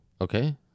Okay